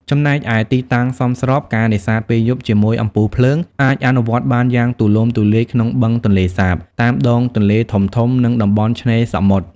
ចំណែកឯ ទីតាំងសមស្រប ការនេសាទពេលយប់ជាមួយអំពូលភ្លើង អាចអនុវត្តបានយ៉ាងទូលំទូលាយក្នុង បឹងទន្លេសាប តាមដងទន្លេធំៗ និងតំបន់ឆ្នេរសមុទ្រ។